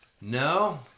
No